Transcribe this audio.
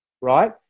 right